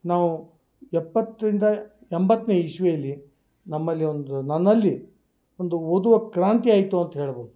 ನಾವು ಎಪ್ಪತ್ತರಿಂದ ಎಂಬತ್ತನೇ ಇಸ್ವಿಯಲ್ಲಿ ನಮ್ಮಲ್ಲಿ ಒಂದು ನನ್ನಲ್ಲಿ ಒಂದು ಓದುವ ಕ್ರಾಂತಿ ಆಯಿತು ಅಂತ ಹೇಳ್ಬೋದು